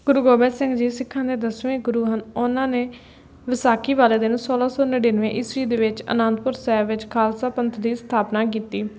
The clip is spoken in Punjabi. ਗੁਰੂ ਗੋਬਿੰਦ ਸਿੰਘ ਜੀ ਸਿੱਖਾਂ ਦੇ ਦਸਵੇਂ ਗੁਰੂ ਹਨ ਉਨ੍ਹਾਂ ਨੇ ਵਿਸਾਖੀ ਵਾਲੇ ਦਿਨ ਸੌਲ੍ਹਾਂ ਸੌ ਨੜਿਨਵੇਂ ਈਸਵੀ ਦੇ ਵਿੱਚ ਅਨੰਦਪੁਰ ਸਾਹਿਬ ਵਿੱਚ ਖਾਲਸਾ ਪੰਥ ਦੀ ਸਥਾਪਨਾ ਕੀਤੀ